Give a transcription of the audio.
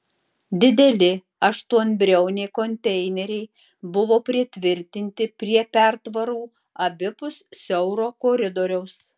dideli aštuonbriauniai konteineriai buvo pritvirtinti prie pertvarų abipus siauro koridoriaus